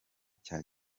cya